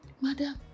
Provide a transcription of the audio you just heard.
madam